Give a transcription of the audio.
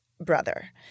brother